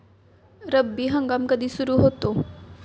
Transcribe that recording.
रब्बी हंगाम कधी सुरू होतो?